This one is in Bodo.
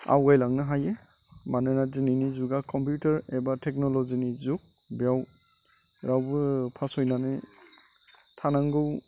आवगयलांनो हायो मानोना दिनैनि जुगा कमपिउटार एबा टेकनलजिनि जुग बेयाव रावबो फासयनानै थानांगौ